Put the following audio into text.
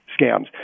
scams